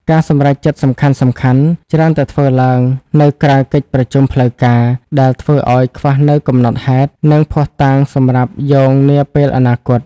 ការសម្រេចចិត្តសំខាន់ៗច្រើនតែធ្វើឡើងនៅក្រៅកិច្ចប្រជុំផ្លូវការ ដែលធ្វើឱ្យខ្វះនូវកំណត់ហេតុ និងភស្តុតាងសម្រាប់យោងនាពេលអនាគត។